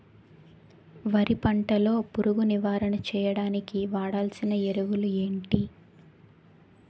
వరి పంట లో పురుగు నివారణ చేయడానికి వాడాల్సిన ఎరువులు ఏంటి?